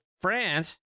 France